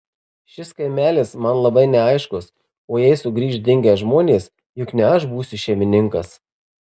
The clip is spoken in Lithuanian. šis kaimelis man labai neaiškus o jei sugrįš dingę žmonės juk ne aš būsiu šeimininkas